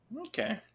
okay